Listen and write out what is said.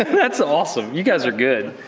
that's awesome, you guys are good.